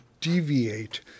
deviate